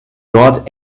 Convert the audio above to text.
dort